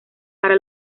para